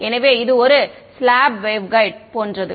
எனவே இது ஒரு ஸ்லாப் வேவ்கைடு போன்றது